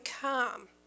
come